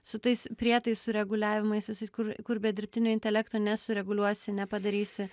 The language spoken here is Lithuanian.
su tais prietaisų reguliavimais visais kur kur be dirbtinio intelekto nesureguliuosi nepadarysi